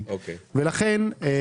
אני לא אשתוק לכם, זו חוצפה.